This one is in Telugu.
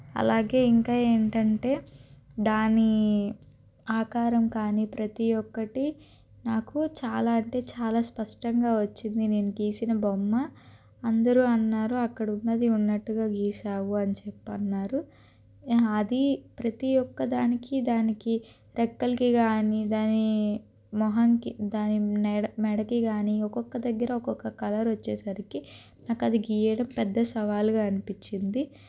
అలాగే ఇంకా ఏంటంటే దాని ఆకారం కానీ ప్రతీ ఒక్కటి నాకు చాలా అంటే చాలా స్పష్టంగా వచ్చింది నేను గీసిన బొమ్మ అందరూ అన్నారు అక్కడ ఉన్నది ఉన్నట్టుగా గీసావు అని చెప్పి అన్నారు అది ప్రతీ ఒక్క దానికి దానికి రెక్కలకి కానీ దాని మొహంకి దాని మెడ మెడకి కానీ ఒక్కొక్క దగ్గర ఒక్కొక్క కలర్ వచ్చేసరికి నాకు అది గీయడం పెద్ద సవాల్గా అనిపించింది